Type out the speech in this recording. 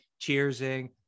cheersing